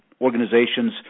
organizations